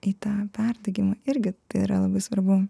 į tą perdegimą irgi yra labai svarbu